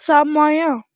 ସମୟ